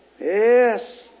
Yes